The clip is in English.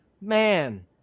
man